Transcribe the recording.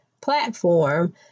platform